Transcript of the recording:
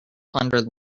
hundred